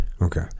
Okay